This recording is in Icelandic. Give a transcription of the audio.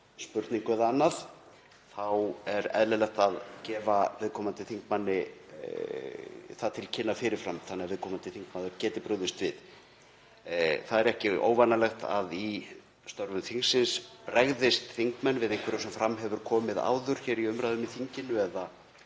spurningu eða öðru, þá er eðlilegt að gefa viðkomandi þingmanni það til kynna fyrir fram þannig að viðkomandi þingmaður geti brugðist við. Það er ekki óvanalegt að í störfum þingsins bregðist þingmenn við einhverju sem fram hefur komið áður hér í umræðum í þinginu eða